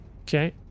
Okay